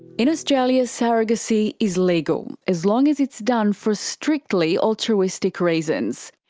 in australia, surrogacy is legal, as long as it's done for strictly altruistic reasons.